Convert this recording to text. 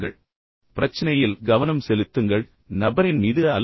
இப்போது மீண்டும் இங்கே பிரச்சினையில் கவனம் செலுத்துங்கள் நபரின் மீது அல்ல